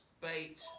bait